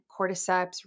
cordyceps